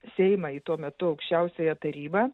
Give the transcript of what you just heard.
seimą į tuo metu aukščiausiąją tarybą